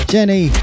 Jenny